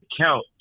count